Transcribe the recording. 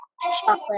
Chocolate